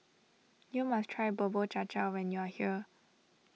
you must try Bubur Cha Cha when you are here